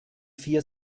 vier